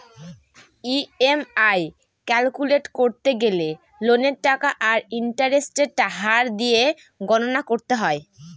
EMI calculate করতে গেলে লোনের টাকা আর ইন্টারেস্টের হার দিয়ে গণনা করতে হয়